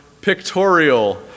pictorial